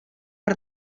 per